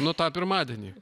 nu tą pirmadienį